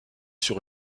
sur